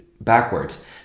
backwards